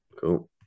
Cool